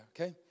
okay